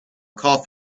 cough